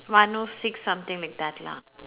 one O six something like that lah